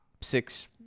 six